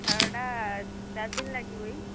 ଖେଳଟା ଚାରି ଦିନ ଲାଗିବ କି